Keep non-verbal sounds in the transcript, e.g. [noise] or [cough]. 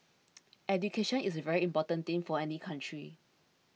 [noise] education is a very important thing for any country